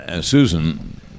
Susan